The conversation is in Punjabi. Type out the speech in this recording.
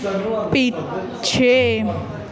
ਪਿੱਛੇ